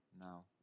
now